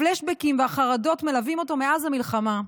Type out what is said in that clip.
הפלשבקים והחרדות מלווים אותו מאז המלחמה.